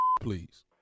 please